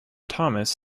thomas